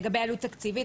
לגבי העלות התקציבית,